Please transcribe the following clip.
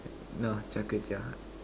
no Char-Kway-Teow